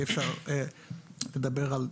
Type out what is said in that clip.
וכן אי אפשר לדבר על